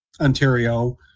Ontario